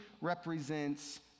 represents